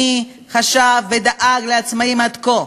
מי חשב ודאג לעצמאים עד כה?